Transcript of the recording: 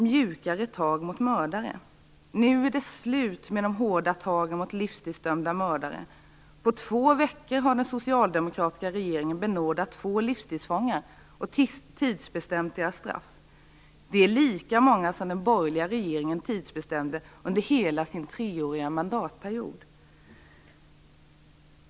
Mjukare tag mot mördare. Nu är det slut med de hårda tagen mot livstidsdömda mördare. På två veckor har den socialdemokratiska regeringen benådat två livstidsfångar och tidsbestämt deras straff. Det är lika många som den borgerliga regeringen tidsbestämde under hela sin treåriga mandatperiod.